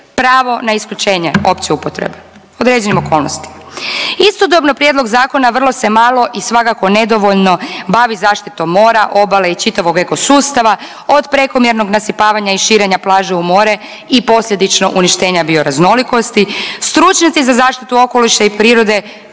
pravo na isključenje opće upotrebe, određenim okolnostima. Istodobno prijedlog zakona vrlo se malo i svakako nedovoljno bavi zaštitom mora, obale i čitavog ekosustava od prekomjernog nasipavanja i širenja plaže u more i posljedično uništenja bioraznolikosti stručnjaci za zaštitu okoliša i prirode